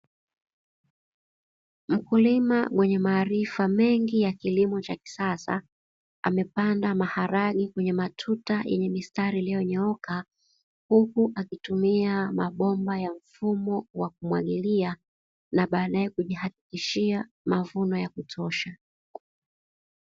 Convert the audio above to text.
Mkulima mwenye maarifa mengi ya kilimo cha kisasa, amepanda maharage kwenye matuta yenye mistari iliyonyooka huku akitumia mabomba ya mfumo wa kumwagilia, na baadaye kujihakikishia mavuno ya kutosha.